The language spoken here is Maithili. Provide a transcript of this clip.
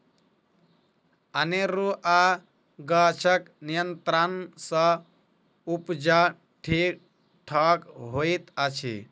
अनेरूआ गाछक नियंत्रण सँ उपजा ठीक ठाक होइत अछि